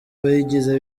bayigize